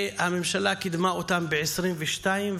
והממשלה קידמה אותן ב-2022,